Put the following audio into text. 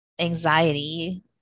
anxiety